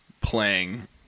Playing